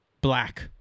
black